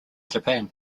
japan